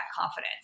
confidence